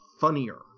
funnier